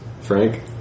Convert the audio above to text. Frank